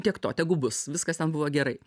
tiek to tegu bus viskas ten buvo gerai